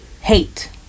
hate